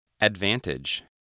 Advantage